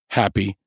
happy